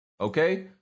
Okay